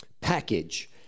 package